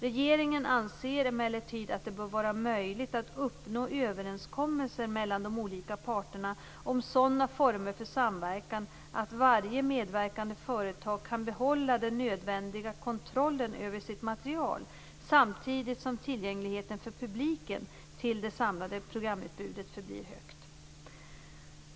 Regeringen anser emellertid att det bör vara möjligt att uppnå överenskommelser mellan de olika parterna om sådana former för samverkan att varje medverkande företag kan behålla den nödvändiga kontrollen över sitt material samtidigt som tillgängligheten för publiken till det samlade programutbudet förblir högt.